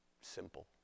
simple